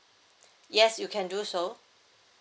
yes you can do so